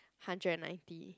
hundred and ninety